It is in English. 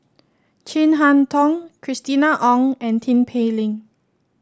Chin Harn Tong Christina Ong and Tin Pei Ling